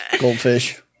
Goldfish